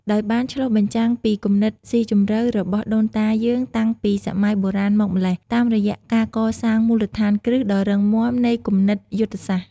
ដោយបានឆ្លុះបញ្ចាំងពីគំនិតស៊ីជម្រៅរបស់ដូនតាយើងតាំងពីសម័យបុរាណមកម្ល៉េះ តាមរយៈការកសាងមូលដ្ឋានគ្រឹះដ៏រឹងមាំនៃគំនិតយុទ្ធសាស្ត្រ។